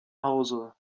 hause